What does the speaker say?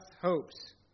hopes